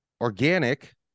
organic